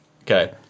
Okay